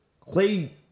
Clay